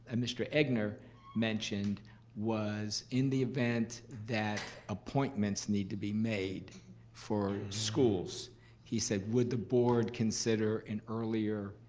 and mr. egnor mentioned was in the event that appointments need to be made for schools he said would the board consider consider an earlier